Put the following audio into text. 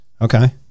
Okay